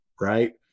Right